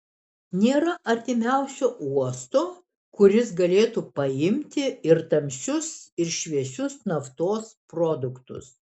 nėra artimiausio uosto kuris galėtų paimti ir tamsius ir šviesius naftos produktus